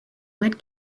wood